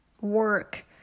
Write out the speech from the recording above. work